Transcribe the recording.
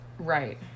Right